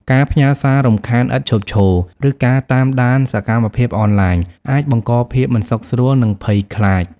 ការផ្ញើសាររំខានឥតឈប់ឈរ ឬការតាមដានសកម្មភាពអនឡាញ អាចបង្កភាពមិនសុខស្រួល និងភ័យខ្លាច។